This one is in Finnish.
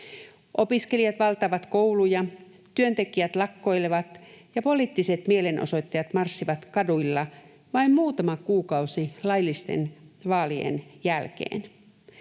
Opiskelijat valtaavat kouluja, työntekijät lakkoilevat ja poliittiset mielenosoittajat marssivat kaduilla vain muutama kuukausi laillisten vaalien jälkeen.